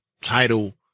title